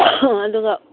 ꯑꯗꯨꯒ